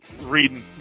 reading